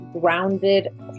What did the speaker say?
grounded